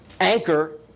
anchor